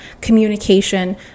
communication